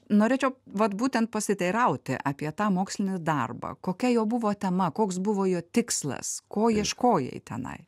norėčiau vat būtent pasiteirauti apie tą mokslinį darbą kokia jo buvo tema koks buvo jo tikslas ko ieškojai tenai